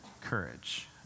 Courage